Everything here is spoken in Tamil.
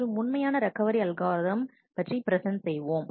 மற்றும் உண்மையான ரெக்கவரி அல்காரிதம் பற்றி பிரசெண்ட் செய்வோம்